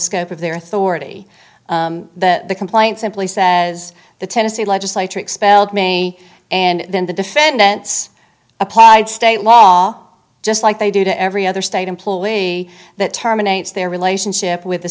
scope of their authority the complaint simply says the tennessee legislature expelled me and then the defendants applied state law just like they do to every other state employee that terminates their relationship with the